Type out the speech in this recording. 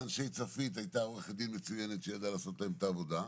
לאנשי צפית הייתה עורכת דין מצוינת שידעה לעשות להם את העבודה,